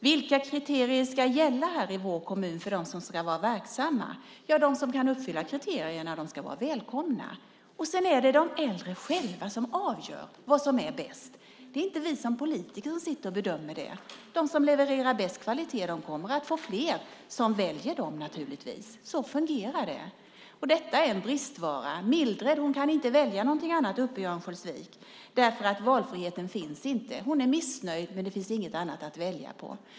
Vilka kriterier ska gälla i kommunen för dem som ska vara verksamma? Ja, de som kan uppfylla kriterierna vara välkomna. Sedan är det de äldre själva som avgör vad som är bäst. Det är inte vi som politiker som bedömer det. De som levererar bäst kvalitet kommer naturligtvis att få fler som väljer dem. Så fungerar det. Denna valmöjlighet är en bristvara. Mildred i Örnsköldsvik kan inte välja något annat eftersom valfriheten inte finns. Hon är missnöjd, men det finns inget att välja på.